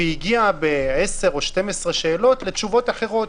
והגיעה ב-10 או 12 שאלות לתשובות אחרות.